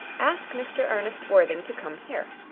ask mr. ernest worthing to come here.